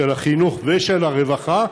של החינוך ושל הרווחה,